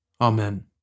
Amen